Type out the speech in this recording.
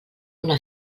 una